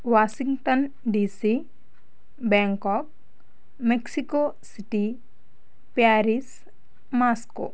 Washington D C Bangkok Mexico City Paris Moscow